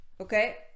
Okay